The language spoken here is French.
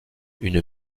une